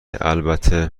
البته